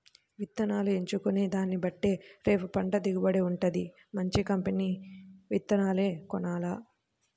ఇత్తనాలను ఎంచుకునే దాన్నిబట్టే రేపు పంట దిగుబడి వుంటది, మంచి కంపెనీ విత్తనాలనే కొనాల